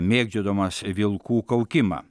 mėgdžiodamas vilkų kaukimą